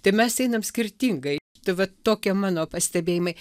tai mes einam skirtingai tai vat tokie mano pastebėjimai